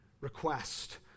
request